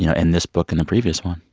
yeah in this book and the previous one?